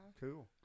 Cool